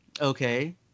okay